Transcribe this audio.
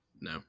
no